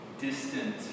Distant